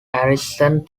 arisen